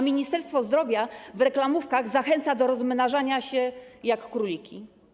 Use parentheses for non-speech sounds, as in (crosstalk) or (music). Ministerstwo Zdrowia w reklamówkach zachęca do rozmnażania (noise) się jak króliki.